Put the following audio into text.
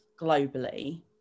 globally